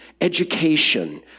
education